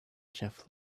jeff